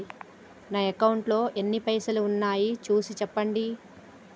నా అకౌంట్లో ఎన్ని పైసలు ఉన్నాయి చూసి చెప్పండి?